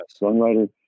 Songwriter